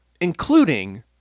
including